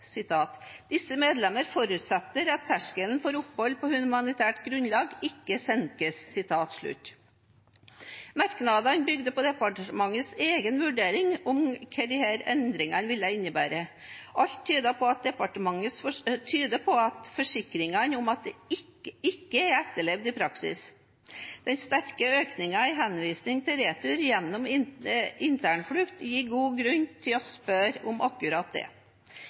medlemmer forutsetter at terskelen for å få opphold på humanitært grunnlag ikke senkes.» Merknadene bygget på departementets egen vurdering av hva disse endringene ville innebære, og alt tyder på at forsikringene ikke er etterlevd i praksis. Den sterke økningen i henvisning til retur gjennom internflukt gir god grunn til å spørre om akkurat det.